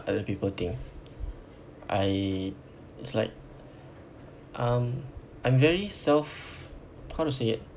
other people think I it's like um I'm very self how to say it